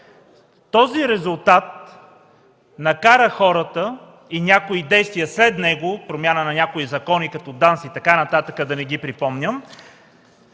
Този резултат накара хората и някои действия след него – промяна на някои закони като ДАНС и така нататък, да не ги припомням,